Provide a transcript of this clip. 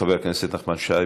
חבר הכנסת נחמן שי,